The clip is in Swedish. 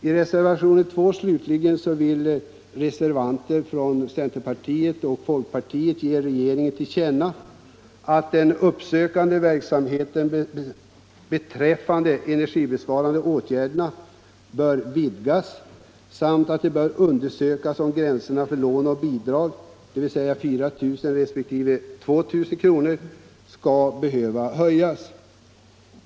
I reservationen 2 vill centerpartiets och folkpartiets reservanter ge regeringen till känna att den uppsökande verksamheten när det gäller de energibesparande åtgärderna bör vidgas samt att det bör undersökas om gränserna för lån och bidrag, 4 000 resp. 2000 kr., kan behöva höjas.